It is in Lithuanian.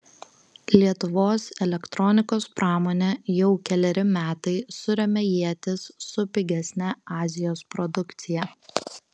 lietuvos elektronikos pramonė jau keleri metai suremia ietis su pigesne azijos produkcija